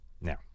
Now